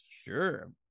sure